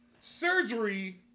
surgery